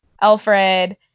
Alfred